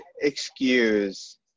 excuse